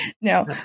no